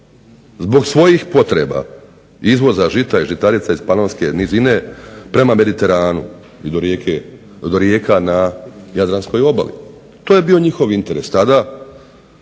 zbog svojih potreba izvoza žita i žitarica iz Panonske nizine, prema Mediteranu i do rijeke, do rijeka na Jadranskoj obali. To je bio njihov interes tada